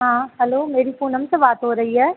हाँ हलो मेरी पूनम से बात हो रही है